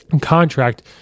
contract